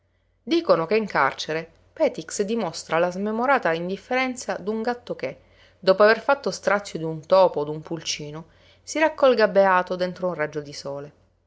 dicono che in carcere petix dimostra la smemorata indifferenza d'un gatto che dopo aver fatto strazio d'un topo o d'un pulcino si raccolga beato dentro un raggio di sole